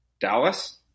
Dallas